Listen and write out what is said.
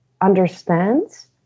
understands